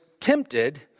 tempted